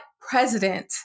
president